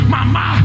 Mama